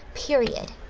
period.